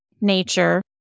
nature